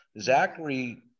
Zachary